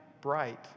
bright